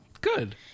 Good